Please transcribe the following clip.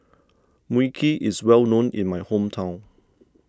Mui Kee is well known in my hometown